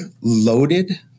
loaded